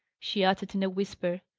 she uttered, in a whisper.